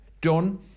done